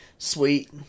Sweet